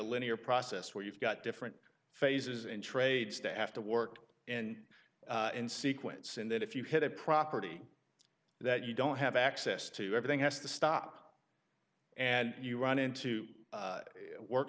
linear process where you've got different phases in trades to have to work and in sequence and then if you hit a property that you don't have access to everything has to stop and you run into work